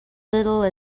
little